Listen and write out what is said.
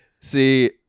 see